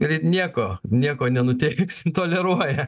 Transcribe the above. ir nieko nieko nenutiks toleruoja